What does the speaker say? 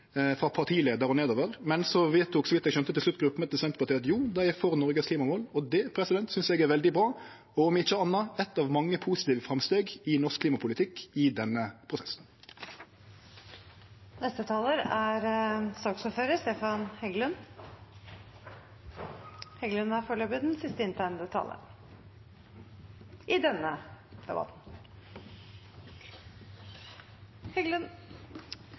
frå partileiar og nedover. Men til slutt vedtok, så vidt eg skjønte, gruppemøtet i Senterpartiet at jo, dei er for Noreg sine klimamål. Det synest eg er veldig bra, og om ikkje anna eit av mange positive framsteg i norsk klimapolitikk i denne prosessen. Jeg skal være veldig kort, men hvis det utenkelige skulle skje, nemlig at det satt noen der ute og fulgte hele denne debatten